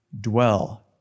dwell